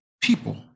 people